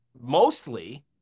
mostly